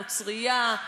אם נוצרייה,